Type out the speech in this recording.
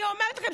אני אומרת לכם,